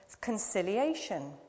conciliation